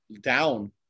down